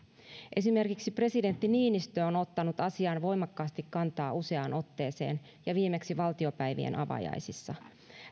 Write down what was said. esimerkiksi presidentti niinistö on ottanut asiaan voimakkaasti kantaa useaan otteeseen ja viimeksi valtiopäivien avajaisissa